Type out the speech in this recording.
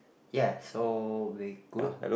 ya so we good